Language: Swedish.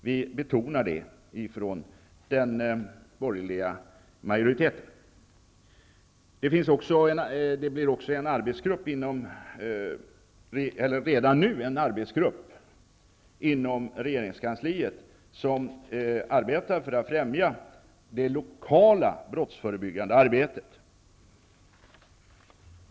Vi betonar det från den borgerliga majoriteten. Redan nu finns en arbetsgrupp inom regeringskansliet som arbetar för att främja det lokala brottsförebyggande arbetet.